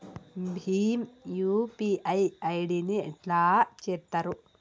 Bhim UPI ID ని ఎట్లా చేత్తరు?